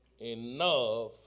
Enough